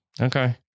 Okay